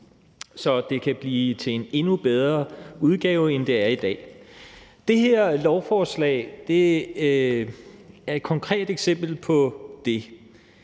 så det kan blive til en endnu bedre udgave, end det er i dag. Det her lovforslag er et konkret eksempel på det.